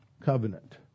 covenant